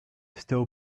still